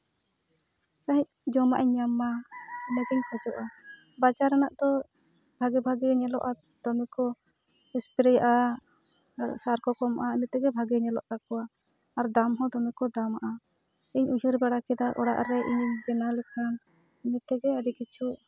ᱯᱨᱟᱭ ᱡᱚᱢᱟᱜ ᱤᱧ ᱧᱟᱢ ᱢᱟ ᱚᱱᱟᱜᱤᱧ ᱠᱷᱚᱡᱚᱜᱼᱟ ᱵᱟᱡᱟᱨ ᱨᱮᱱᱟᱜ ᱫᱚ ᱵᱷᱟᱜᱮ ᱵᱷᱟᱜᱮ ᱧᱮᱞᱚᱜᱼᱟ ᱫᱚᱢᱮ ᱠᱚ ᱮᱥᱯᱨᱮᱭᱟᱜᱼᱟ ᱟᱨ ᱥᱟᱨ ᱠᱚᱠᱚ ᱮᱢᱟᱜᱼᱟ ᱤᱱᱟᱹ ᱛᱮᱜᱮ ᱵᱷᱟᱜᱮ ᱧᱮᱞᱚᱜ ᱛᱟᱠᱚᱣᱟ ᱟᱨ ᱫᱟᱢ ᱦᱚᱸ ᱫᱚᱢᱮ ᱠᱚ ᱫᱟᱢᱟᱜᱼᱟ ᱤᱧ ᱩᱭᱦᱟᱹᱨ ᱵᱟᱲᱟ ᱠᱮᱫᱟ ᱚᱲᱟᱜ ᱨᱮ ᱤᱧᱤᱧ ᱵᱮᱱᱟᱣ ᱞᱮᱠᱷᱟᱱ ᱮᱢᱱᱤᱛᱮᱜᱮ ᱟᱹᱰᱤᱠᱤᱪᱷᱩ